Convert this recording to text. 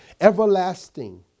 Everlasting